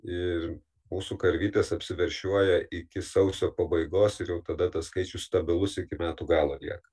ir mūsų karvytės apsiveršiuoja iki sausio pabaigos ir jau tada tas skaičius stabilus iki metų galo lieka